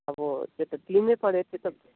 अब त्यो त तिर्नैपऱ्यो त्यो त